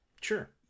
Sure